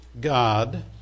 God